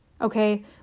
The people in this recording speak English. Okay